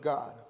God